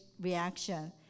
reaction